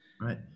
Right